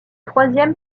troisième